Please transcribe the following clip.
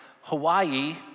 Hawaii